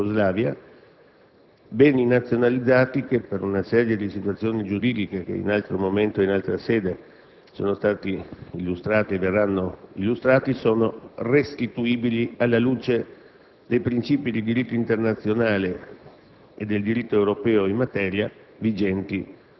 alla Repubblica sovrana di Iugoslavia. Si tratta di beni nazionalizzati che, per una serie di situazioni giuridiche, che in altro momento e in altra sede sono state e verranno illustrate, possono essere restituiti alla luce dei princìpi del diritto internazionale